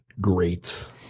great